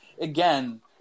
again